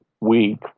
week